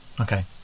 Okay